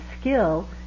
skill